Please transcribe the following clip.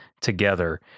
together